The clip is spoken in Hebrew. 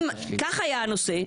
כך היה הנושא,